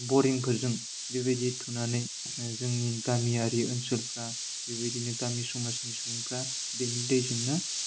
बरिंफोरजों बेबायदि थुनानै जोंनि गामियारि ओनसोलफ्रा बेबायदिनो गामि समाजनि सुबुंफ्रा बेनि दैजोंनो